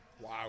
Wow